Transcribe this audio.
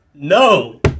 no